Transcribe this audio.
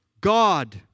God